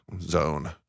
zone